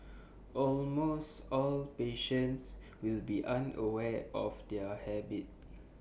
almost all patients will be unaware of their habit